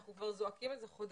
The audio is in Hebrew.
אנחנו כבר זועקים את זה חודשים.